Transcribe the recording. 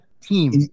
team